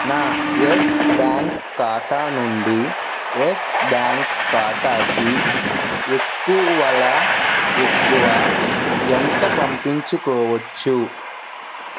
నా Yes bank ఖాతా నుండి యెస్ బ్యాంక్ ఖాతాకి ఎక్కువలో ఎక్కువ ఎంత పంపించుకోవచ్చు